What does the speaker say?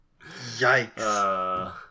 Yikes